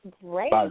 great